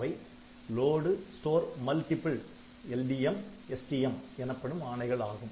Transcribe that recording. அவை load store multiple LDMSTM எனப்படும் ஆணைகள் ஆகும்